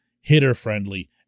hitter-friendly